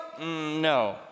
No